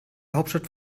hauptstadt